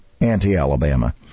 anti-Alabama